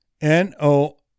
N-O